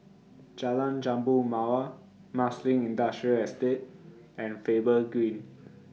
Jalan Jambu Mawar Marsiling Industrial Estate and Faber Green